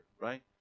right